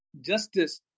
justice